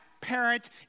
parent